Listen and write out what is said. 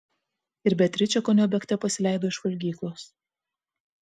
ir beatričė kone bėgte pasileido iš valgyklos